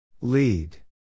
Lead